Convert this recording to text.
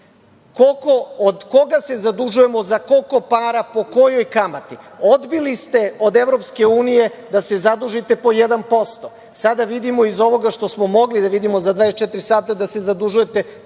Od koga se zadužujemo, za koliko para, po kojoj kamati? Odbili ste od EU da se zadužiti po 1%. Sada vidimo iz ovoga što smo mogli da vidimo za 24 sata da se zadužujete